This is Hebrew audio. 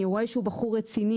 אני רואה שהוא בחור רציני,